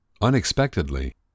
unexpectedly